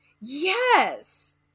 Yes